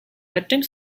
bedtime